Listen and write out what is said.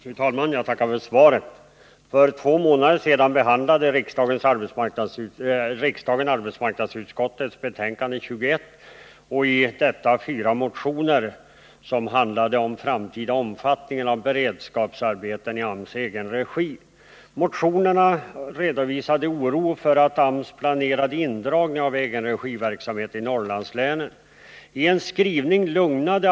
Fru talman! Jag tackar för svaret. För två månader sedan behandlade riksdagen arbetsmarknadsutskottets betänkande 21 och i samband med detta fyra motioner som handlade om den framtida omfattningen av beredskapsarbeten i AMS egenregi. egenregiverksamhet i Norrlandslänen.